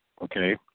okay